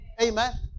Amen